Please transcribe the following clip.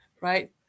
right